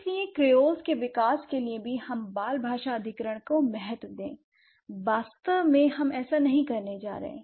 इसलिए क्रेओल्स के विकास के लिए भी हम बाल भाषा अधिग्रहण को महत्व दें वास्तव में हम ऐसा नहीं करने जा रहे हैं